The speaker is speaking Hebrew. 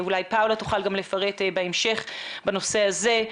אולי גם פאולה תוכל לפרט בהמשך בנושא הזה,